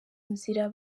nzira